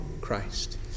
Christ